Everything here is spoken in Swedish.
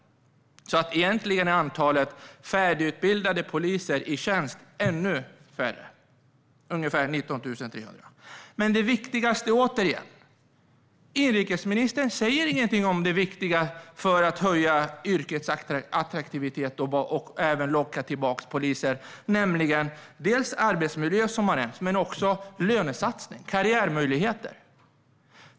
Egentligen är antalet färdigutbildade poliser i tjänst alltså ännu lägre, ungefär 19 300. Men inrikesministern säger ingenting om det som är viktigast för att höja yrkets attraktivitet och locka tillbaka poliser, nämligen dels arbetsmiljö, som har nämnts, dels lönesatsning och karriärmöjligheter.